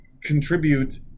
contribute